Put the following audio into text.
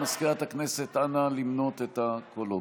מזכירת הכנסת, אנא, למנות את הקולות.